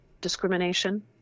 discrimination